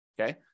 okay